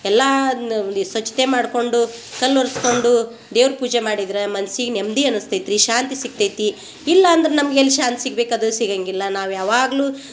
ಎಲ್ಲ ನಮನಿ ಸ್ವಚ್ಛತೆ ಮಾಡ್ಕೊಂಡು ಕಾಲು ಒರ್ಸ್ಕೊಂಡು ದೇವ್ರ ಪೂಜೆ ಮಾಡಿದ್ರೆ ಮನ್ಸಿಗೆ ನೆಮ್ಮದಿ ಅನಸ್ತೈತ್ರಿ ಶಾಂತಿ ಸಿಕ್ತೈತಿ ಇಲ್ಲಾಂದ್ರೆ ನಮ್ಗೆ ಎಲ್ಲಿ ಶಾಂತಿ ಸಿಗ್ಬೇಕದು ಸಿಗಂಗಿಲ್ಲ ನಾವು ಯಾವಾಗಲೂ